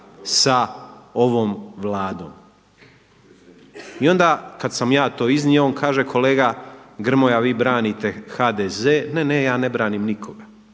sa ovom Vladom. I onda kad sam ja to iznio on kaže kolega Grmoja vi branite HDZ. Ne, ja ne branim nikoga.